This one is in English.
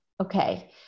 Okay